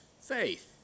faith